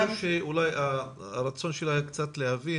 הרצון שלי להבין,